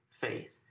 faith